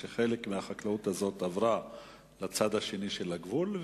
חלק מהחקלאות הזאת עבר לצד השני של הגבול,